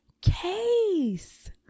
case